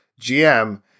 GM